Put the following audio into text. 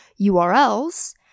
URLs